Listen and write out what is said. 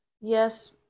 Yes